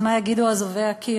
מה יגידו אזובי הקיר?